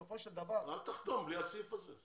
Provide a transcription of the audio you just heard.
בסופו של דבר --- אל תחתום בלי הסעיף הזה,